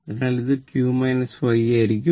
അതിനാൽ ഇത് q y ആയിരിക്കും